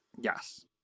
Yes